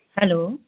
hello